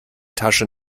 tasche